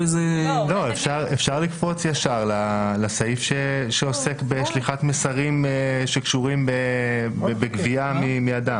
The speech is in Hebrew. אפשר לקפוץ ישר לסעיף שעוסק בשליחת מסרים שקשורים בגבייה מאדם.